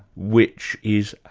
which is,